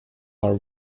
are